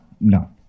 no